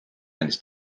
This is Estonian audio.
andis